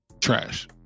trash